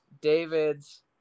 David's